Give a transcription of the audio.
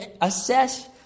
assess